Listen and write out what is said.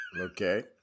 Okay